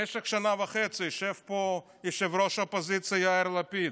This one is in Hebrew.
במשך שנה וחצי יושב פה ראש האופוזיציה יאיר לפיד,